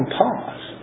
pause